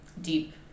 Deep